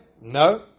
No